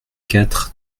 quatre